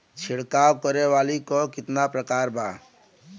छिड़काव करे वाली क कितना प्रकार बा?